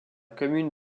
commune